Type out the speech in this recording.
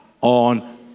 on